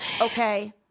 Okay